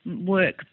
work